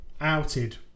outed